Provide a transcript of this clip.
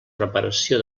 reparació